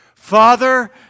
Father